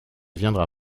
viendra